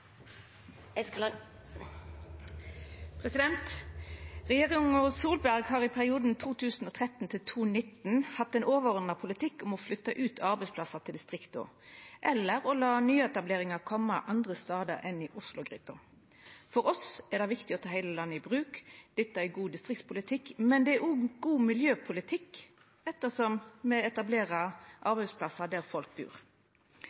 i perioden 2013–2019 hatt ein overordna politikk om å flytta ut arbeidsplassar til distrikta eller å la nyetableringar koma andre stader enn i Oslo-gryta. For oss er det viktig å ta heile landet i bruk. Dette er god distriktspolitikk, men det er òg god miljøpolitikk, ettersom me etablerer arbeidsplassar der folk bur.